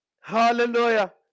Hallelujah